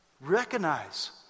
Recognize